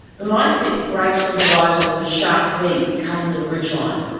the mine pit breaks the horizon with a sharp v cut into the ridgeline.